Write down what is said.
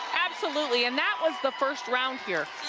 absolutely and that was the first round here.